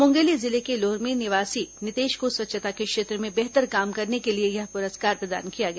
मुंगेली जिले के लोरमी निवासी नीतेश को स्वच्छता के क्षेत्र में बेहतर काम करने के लिए यह पुरस्कार प्रदान किया गया